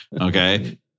Okay